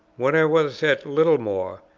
when i was at littlemore,